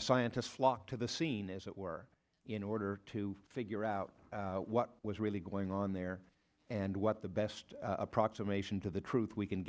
scientists flock to the scene as it were in order to figure out what was really going on there and what the best approximation to the truth we can